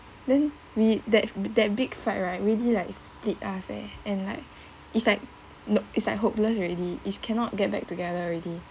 then we that that big fight right really like split us eh and like it's like nope it's like hopeless already is cannot get back together already